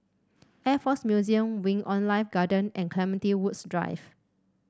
Air Force Museum Wing On Life Garden and Clementi Woods Drive